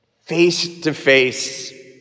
Face-to-face